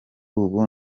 ubu